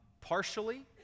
partially